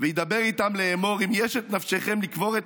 .וידבר אתם לאמר אם יש את נפשכם לקבר את